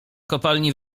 kopalni